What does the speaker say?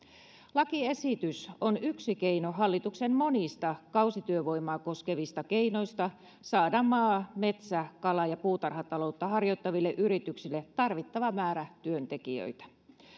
lakiesitys on yksi keino hallituksen monista kausityövoimaa koskevista keinoista saada maa metsä kala ja puutarhataloutta harjoittaville yrityksille tarvittava määrä työntekijöitä